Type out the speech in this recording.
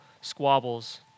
squabbles